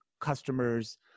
customers